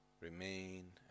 remain